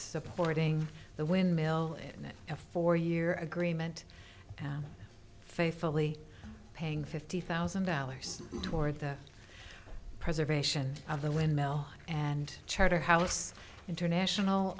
supporting the windmill that a four year agreement passed faithfully paying fifty thousand dollars toward them preservation of the windmill and charter house international